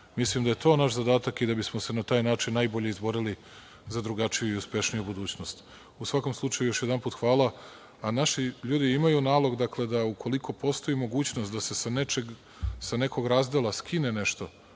Mislim da je to naš zadatak i da bismo se na taj način najbolji izborili za drugačiju i uspešniju budućnost. U svakom slučaju, još jedanput, hvala, a naši ljudi imaju nalog da ukoliko postoji mogućnost da se sa nečeg, sa nekog razdela skine nešto